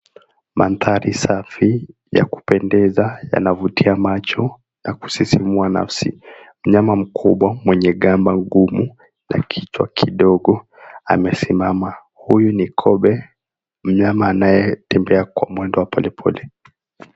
Mandhari safi ya kupendeza yanavutia macho na kusisimua nafasi, mnyama mkubwa mwenye gamba ngumu na kichwa kidogo amesimama. Huyu ni kobe mnyama anayetembea kwa mwendo wa polepole.